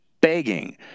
begging